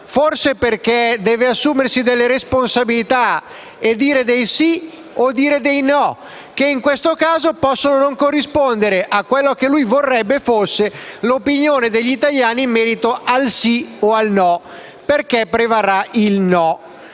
Forse perché deve assumersi delle responsabilità e dire dei sì o dei no, che in questo caso possono non corrispondere a quella che lui vorrebbe fosse l'opinione degli italiani in merito al sì o al no, perché prevarrà il no.